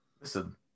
Listen